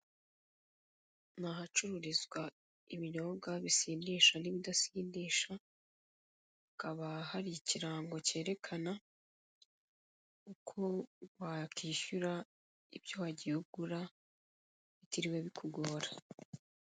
Ni ahacururizwa ibinyobwa bisindisha n'ibidasindisha hakaba hari ikirango kerekana uko wakwishyura ibyo wagiye ugura bitiriwe bikugora.